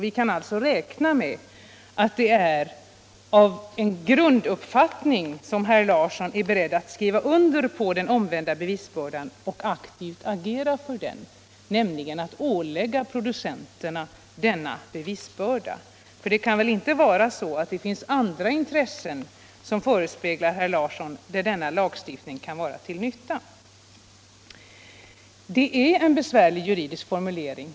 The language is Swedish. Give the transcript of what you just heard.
Jag räknar med att det är en grunduppfattning hos herr Larsson som gör att han är beredd att skriva under på den omvända bevisbördan och aktivt agera för denna, dvs. producenterna skall åläggas bevisbördan. För det kan väl inte vara så att det föresvävar herr Larsson att denna lagstiftning kan vara till nytta för andra intressen. Det är här fråga om en besvärlig juridisk formulering.